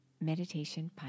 Meditation